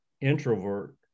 introvert